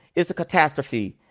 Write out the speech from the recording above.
it's a catastrophe.